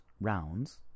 rounds